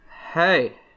Hey